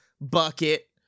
Bucket